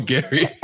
Gary